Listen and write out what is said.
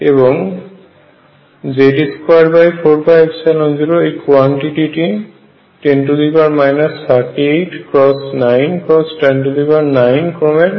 এবং Ze24π0 এই কোয়ান্টিটি 10 38×9×109 ক্রমের